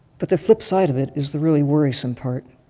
but the flip side of it is the really worrisome part.